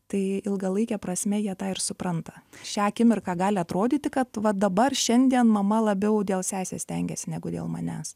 tai ilgalaike prasme jie tą ir supranta šią akimirką gali atrodyti kad va dabar šiandien mama labiau dėl sesės stengiasi negu dėl manęs